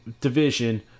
division